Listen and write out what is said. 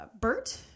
Bert